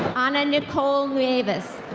anna-nicole nuevez.